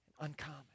uncommon